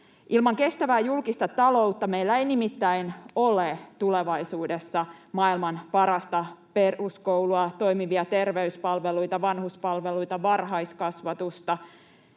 Ilman kestävää julkista taloutta meillä ei nimittäin ole tulevaisuudessa maailman parasta peruskoulua, toimivia terveyspalveluita, vanhuspalveluita, varhaiskasvatusta